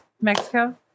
mexico